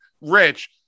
rich